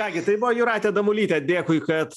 ką gi tai buvo jūratė damulytė dėkui kad